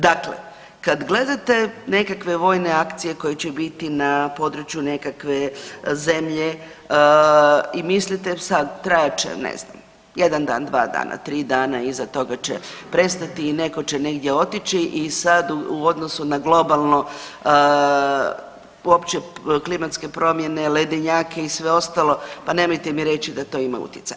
Dakle, kad gledate nekakve vojne akcije koje će biti na području nekakve zemlje i mislite sad, trajat će, ne znam, jedan dan, dva dana, tri dana, iza toga će prestati i netko će negdje otići i sad u odnosu na globalno, opće klimatske promjene, ledenjake i sve ostalo, pa nemojte mi reći da to ima utjecaja.